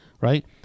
right